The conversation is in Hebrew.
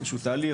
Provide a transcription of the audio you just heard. איזשהו תהליך.